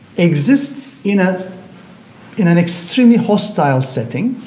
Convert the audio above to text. exists you know in an extremely hostile setting,